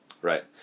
Right